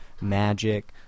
magic